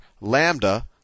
lambda